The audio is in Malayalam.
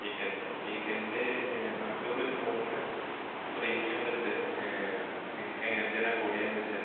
വീക്കൻണ്ടല്ലേ വീക്കെൻണ്ടിൽ നമുക്കിപ്പോൾ ഒരു മൂന്ന് പ്രീമിയം ഇതൊണ്ട് നിങ്ങൾക്കെങ്ങനെയാണ് അഫോർഡ് ചെയ്യാൻ പറ്റുക